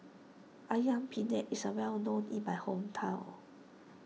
Ayam Penyet is well known in my hometown